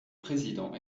président